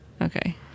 okay